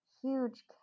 huge